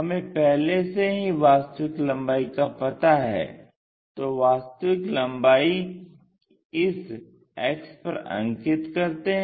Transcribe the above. हमें पहले से ही वास्तविक लम्बाई का पता है तो वास्तविक लम्बाई इस अक्ष पर अंकित करते हैं